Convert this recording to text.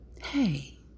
hey